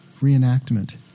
reenactment